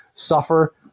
suffer